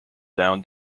down